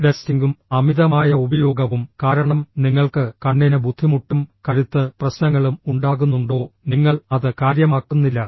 ടെക്സ്റ്റിംഗും അമിതമായ ഉപയോഗവും കാരണം നിങ്ങൾക്ക് കണ്ണിന് ബുദ്ധിമുട്ടും കഴുത്ത് പ്രശ്നങ്ങളും ഉണ്ടാകുന്നുണ്ടോ നിങ്ങൾ അത് കാര്യമാക്കുന്നില്ല